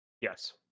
Yes